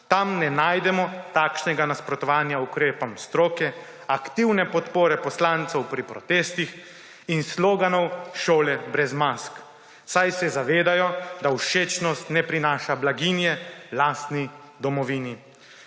Tam ne najdemo takšnega nasprotovanja ukrepom stroke, aktivne podpore poslancev pri protestih in sloganov »Šole brez mask«, saj se zavedajo, da všečnost ne prinaša blaginje lastni domovini,